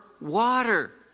water